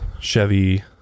Chevy